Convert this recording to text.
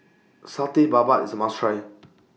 Satay Babat IS A must Try